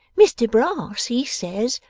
mr brass, he says,